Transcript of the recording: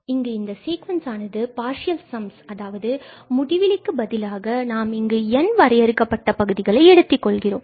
இங்கு இந்த சீக்வென்ஸ் ஆனது பார்சியல் சம்ஸ் அதாவது முடிவிலிக்கு பதிலாக நாம் இங்கு n வரையறுக்கப்பட்ட பகுதிகளை எடுத்துக் கொள்கிறோம்